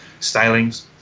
stylings